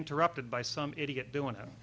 interrupted by some idiot doing